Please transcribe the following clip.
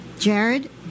Jared